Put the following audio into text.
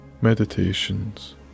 meditations